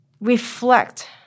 reflect